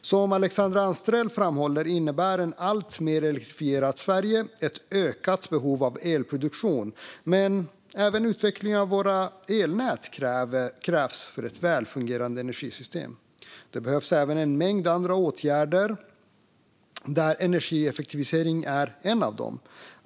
Som Alexandra Anstrell framhåller innebär ett alltmer elektrifierat Sverige ett ökat behov av elproduktion, men även utveckling av våra elnät krävs för ett välfungerande energisystem. Det behövs även en mängd andra åtgärder, och energieffektivisering är en av dem.